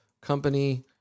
company